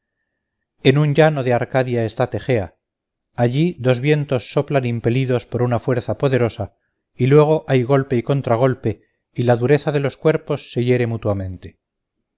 en un llano de arcadia está tegea allí dos vientos soplan impelidos por una fuerza poderosa y luego hay golpe y contragolpe y la dureza de los cuerpos se hiere mutuamente